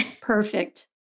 perfect